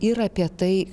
ir apie tai